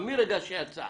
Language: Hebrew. מה המסר